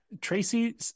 Tracy